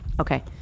Okay